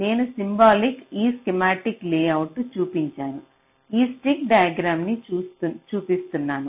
నేను సింబాలిక్ ఈ schematic layout చూపించను ఈ స్టిక్ డైగ్రామ్ న్ని చూపిస్తాను